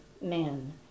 men